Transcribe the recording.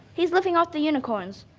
he's living off the unicorns.